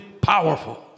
powerful